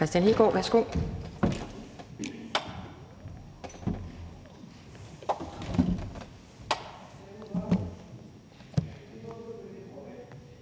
Kristian Hegaard, værsgo.